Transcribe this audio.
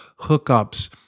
hookups